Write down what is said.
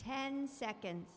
ten seconds